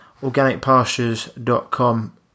OrganicPastures.com